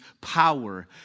power